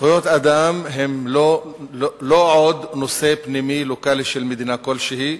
שזכויות אדם הן לא עוד נושא פנימי לוקאלי של מדינה כלשהי,